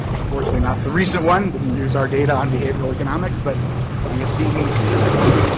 unfortunately, not the recent one. didn't use our data on behavioral economics, but angus deaton, james heckman,